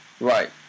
Right